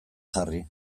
jarri